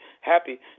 happy